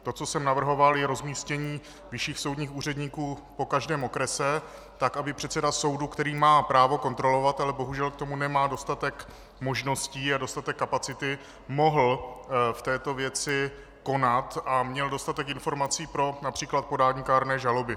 To, co jsem navrhoval, je rozmístění vyšších soudních úředníků po každém okrese, tak aby předseda soudu, který má právo kontrolovat, ale bohužel k tomu nemá dostatek možností a dostatek kapacity, mohl v této věci konat a měl dostatek informací pro např. podání kárné žaloby.